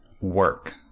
work